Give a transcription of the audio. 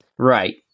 Right